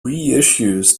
reissues